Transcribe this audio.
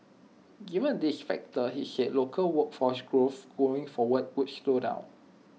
given these factors he said local workforce growth going forward would slow down